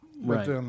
Right